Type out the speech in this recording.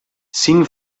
cinc